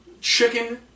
Chicken